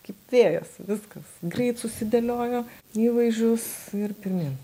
kaip vėjas viskas greit susidėliojo įvaizdžius ir pirmyn